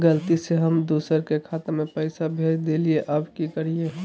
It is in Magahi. गलती से हम दुसर के खाता में पैसा भेज देलियेई, अब की करियई?